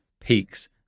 peaks